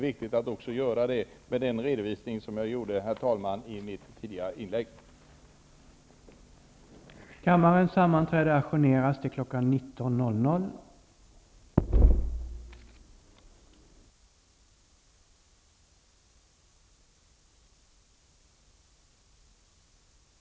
Det är, mot bakgrund av den redovisning jag gjorde i mitt tidigare inlägg, viktigt att göra det också i detta fall.